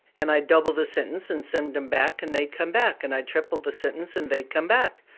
and i'd double the sentence and send them back, and they'd come back, and i tripled the sentence and they'd come back.